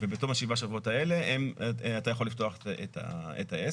ובתום שבעת השבועות האלה אתה יכול לפתוח את העסק.